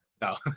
no